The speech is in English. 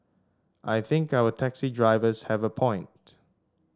I think our taxi drivers have a point